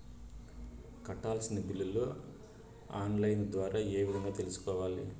కట్టాల్సిన బిల్లులు online ద్వారా ఏ విధంగా తెలుసుకోవాలి?